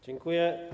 Dziękuję.